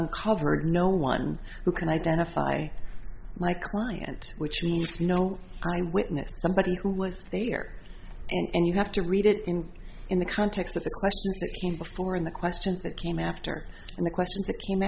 uncovered no one who can identify my client which means no witness somebody who was there and you have to read it in in the context of the questions that came before in the question that came after and the question